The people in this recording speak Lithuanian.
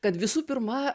kad visų pirma